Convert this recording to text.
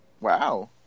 Wow